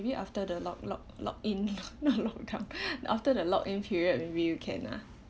maybe after the lock lock lock in not lock down after the lock in period maybe you can ah